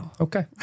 Okay